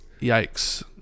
Yikes